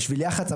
בשביל יח"צ,